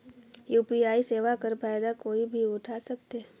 UPI सेवा कर फायदा कोई भी उठा सकथे?